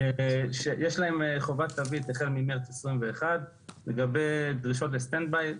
שיש להן חובת תווית החל ממרץ 2021. לגבי דרישות לסטנד ביי,